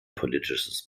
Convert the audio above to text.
politisches